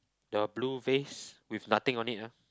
the blue vase with nothing on it ah